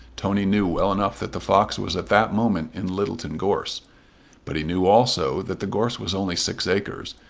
tony knew well enough that the fox was at that moment in littleton gorse but he knew also that the gorse was only six acres,